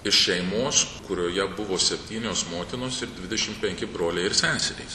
iš šeimos kurioje buvo septynios motinos ir dvidešim penki broliai ir seserys